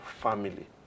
family